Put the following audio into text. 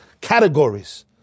Categories